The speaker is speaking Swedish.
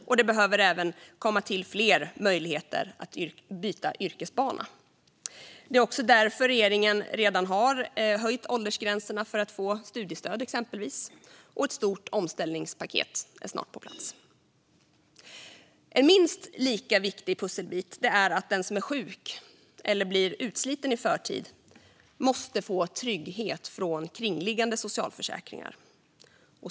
Och det behöver bli fler möjligheter till att byta yrkesbana. Det är också därför regeringen redan har höjt åldersgränserna för att få till exempel studiestöd, och ett stort omställningspaket är snart på plats. En minst lika viktig pusselbit är att den som är sjuk eller blir utsliten i förtid måste få trygghet från kringliggande socialförsäkringar.